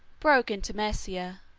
broke into maesia,